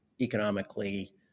economically